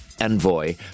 envoy